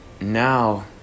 now